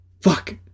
fuck